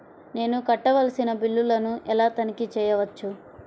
నేను కట్టవలసిన బిల్లులను ఎలా తనిఖీ చెయ్యవచ్చు?